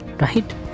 right